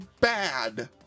bad